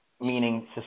meaning